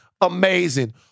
amazing